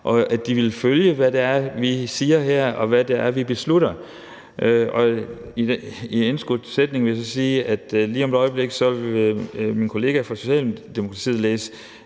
og at de vil følge, hvad vi siger her, og hvad vi beslutter. I en indskudt sætning vil jeg så sige, at lige om et øjeblik vil min kollega fra Socialdemokratiet læse